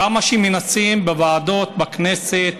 כמה שמנסים בוועדות בכנסת,